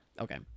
Okay